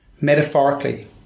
metaphorically